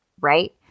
right